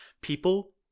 People